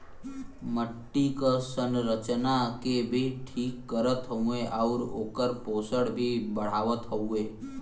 मट्टी क संरचना के भी ठीक करत हउवे आउर ओकर पोषण भी बढ़ावत हउवे